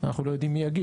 אנחנו לא יודעים מי יגיש.